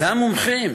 זה המומחים,